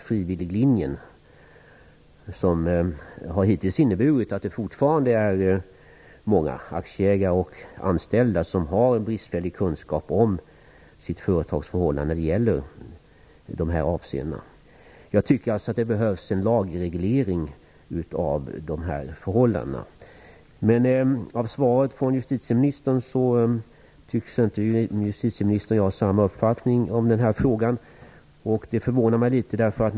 Frivilliglinjen har hittills inneburit att det fortfarande är många aktieägare och anställda som har bristfälliga kunskaper om sitt företag i dessa avseenden. Jag tycker alltså att det behövs en lagreglering av dessa förhållanden. Av svaret från justitieministern att döma tycks vi inte ha samma uppfattning i denna fråga. Det förvånar mig litet.